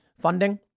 funding